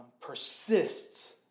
persists